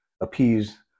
appease